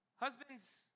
Husbands